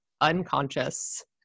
unconscious